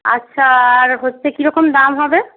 আচ্ছা আর হচ্ছে কীরকম দাম হবে